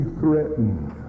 threatened